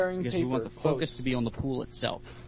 because we want the focus to be on the pool itself.